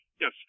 yes